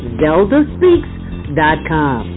zeldaspeaks.com